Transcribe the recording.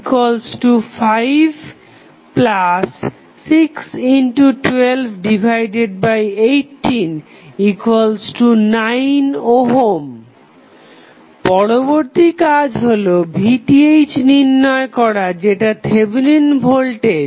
12561218 9 পরবর্তী কাজ হলো VTh নির্ণয় করা যেটা থেভেনিন ভোল্টেজ